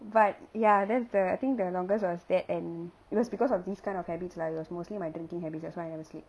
but ya that's the I think the longest was that and it was because of this kind of habits lah it was mostly my drinking habits that's why I never sleep